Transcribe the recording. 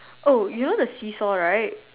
oh you know the see saw right